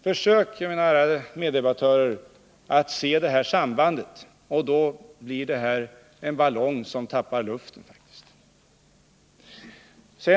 Försök, mina ärade meddebattörer, att se det här sambandet. Då blir det faktiskt fråga om en ballong som tappar luften.